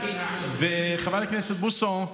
חבר הכנסת בוסו,